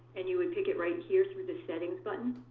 and you would pick it right here with the settings button.